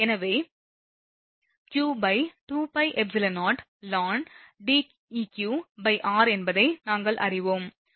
எனவே q2πεo ln Deqr என்பதை நாங்கள் அறிவோம்